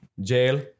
Jail